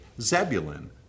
Zebulun